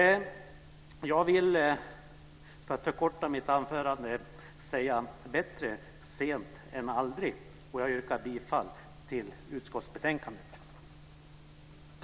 Jag vill säga: Bättre sent än aldrig. Jag yrkar bifall till utskottsbetänkandet.